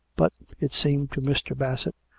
but, it seemed to mr. bassett,